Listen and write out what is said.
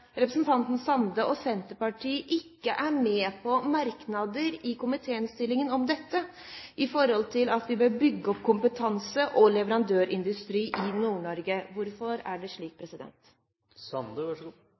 representanten Sande og Senterpartiet ikke er med på merknader i komitéinnstillingen om dette, om at vi bør bygge opp kompetanse og leverandørindustri i Nord-Norge. Hvorfor er det slik?